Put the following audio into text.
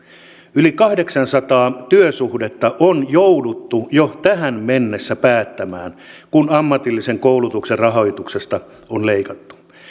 yli kahdeksansataa työsuhdetta on jouduttu jo tähän mennessä päättämään kun ammatillisen koulutuksen rahoituksesta on leikattu